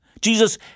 Jesus